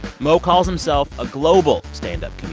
mo calls himself a global stand-up